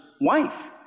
wife